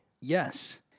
yes